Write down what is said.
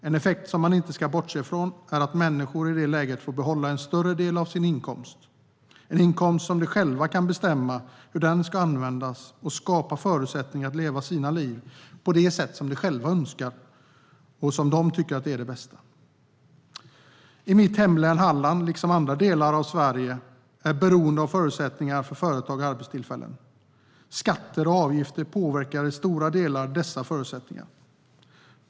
En effekt som man inte ska bortse från är att människor i det läget får behålla en större del av sin inkomst, en inkomst som de själva kan bestämma hur den ska användas, för att skapa förutsättningar för att leva sina liv på det sätt som de själva önskar och som de tycker är bäst. Mitt hemlän Halland liksom andra delar av Sverige är beroende av förutsättningar för företag och arbetstillfällen. Skatter och avgifter påverkar i stora delar dessa förutsättningar.